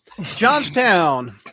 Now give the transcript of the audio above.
Johnstown